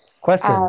Question